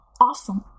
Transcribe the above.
Awesome